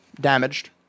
damaged